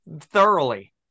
thoroughly